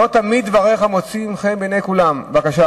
אין כאן דו-שיח.